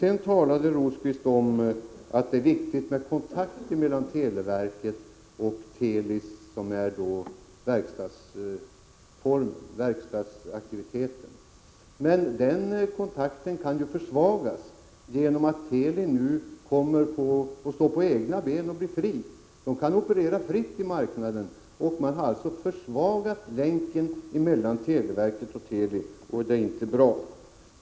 Sedan talade Birger Rosqvist om att det är viktigt med kontakt mellan televerket och Teli, som är verkstadsaktiviteten. Men den kontakten kan ju försvagas genom att Teli nu kommer att stå på egna ben och bli fritt. Man kan operera fritt på marknaden. Länken mellan televerket och Teli har alltså försvagats. Det är inte bra.